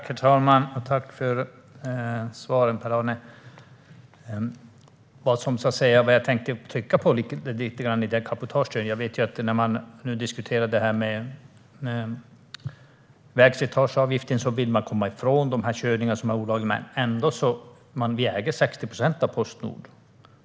Herr talman! Jag tackar för svaren, Per-Arne Håkansson. Jag tänkte trycka lite grann på frågan om cabotage. När man diskuterar vägslitageavgiften vill man komma ifrån de körningar som är olagliga. Vi äger 60 procent av Postnord.